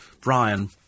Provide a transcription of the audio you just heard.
Brian